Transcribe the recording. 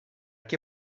que